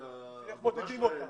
--- איך מודדים אותם.